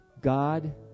God